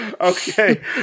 Okay